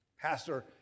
pastor